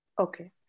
Okay